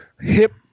hip